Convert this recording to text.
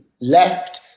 left